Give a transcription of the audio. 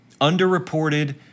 underreported